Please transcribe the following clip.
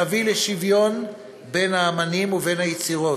תביא לשוויון בין האמנים ובין היצירות,